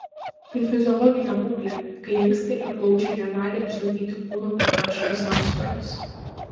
tai fiziologinė būklė kai inkstai ir plaučiai negali išlaikyti kūno ph pusiausvyros